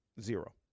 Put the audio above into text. Zero